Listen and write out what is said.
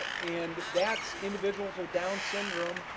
and that's individuals with down syndrome,